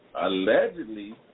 allegedly –